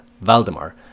Valdemar